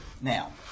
Now